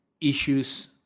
issues